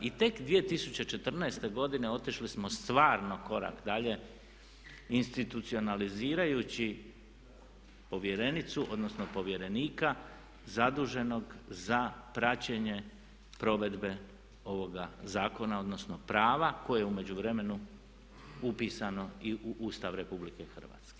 I tek 2014. godine otišli smo stvarno korak dalje, institucionaliziraju povjerenicu, odnosno povjerenika zaduženog za praćenje provedbe ovoga zakona odnosno prava koje je u međuvremenu upisano i u Ustav RH.